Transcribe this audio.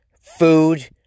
food